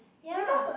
ya